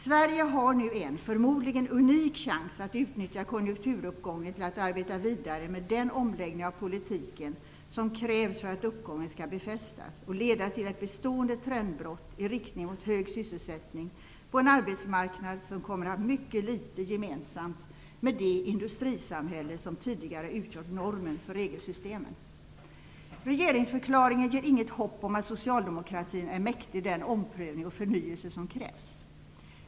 Sverige har nu en, förmodligen unik, chans att utnyttja konjunkturuppgången till att arbeta vidare med den omläggning av politiken som krävs för att uppgången skall befästas och leda till ett bestående trendbrott, i riktning mot hög sysselsättning på en arbetsmarknad som kommer att ha mycket litet gemensamt med det industrisamhälle som tidigare utgjort normen för regelsystemen. Regeringsförklaringen ger inget hopp om att socialdemokratin är mäktig den omprövning och förnyelse som krävs.